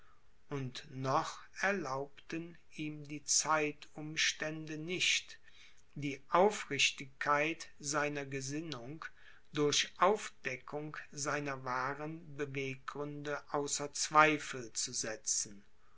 und noch erlaubten ihm die zeitumstände nicht die aufrichtigkeit seiner gesinnung durch aufdeckung seiner wahren beweggründe außer zweifel zu setzen